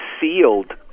sealed